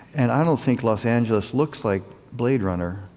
and i don't think los angeles looks like blade runner,